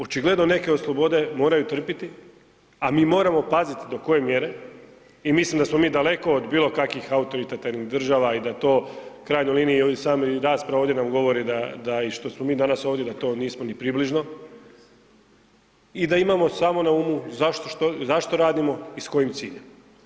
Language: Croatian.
Očigledne neke od slobode moraju trpiti, a mi moramo paziti do koje mjere i mislim da smo mi daleko od bilo kakvih autoritativnih država i da to u krajnjoj liniji i sama rasprava ovdje nam govori da što smo mi danas ovdje da to nismo ni približno i da imamo samo na umu zašto radimo i s kojim ciljem.